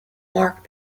marked